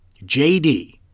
JD